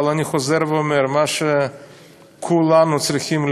אבל אני חוזר ואומר, מה שכולנו צריכים להבין,